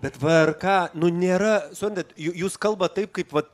bet vrk nu nėra suprantat jų jūs kalbat taip kaip va